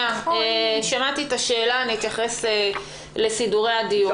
שמעתי את השאלה, אני אתייחס לסידורי הדיון.